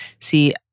See